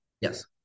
Yes